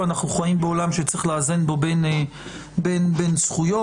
ואנחנו חיים בעולם שצריך לאזן בו בין זכויות.